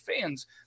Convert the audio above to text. fans